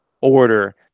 order